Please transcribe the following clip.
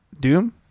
Doom